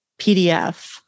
PDF